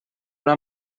una